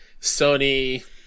Sony